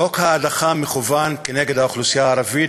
חוק ההדחה מכוון כנגד האוכלוסייה הערבית